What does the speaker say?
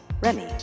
Remy